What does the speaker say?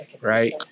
Right